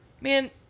man